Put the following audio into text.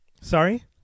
Sorry